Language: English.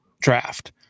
draft